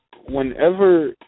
whenever